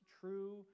true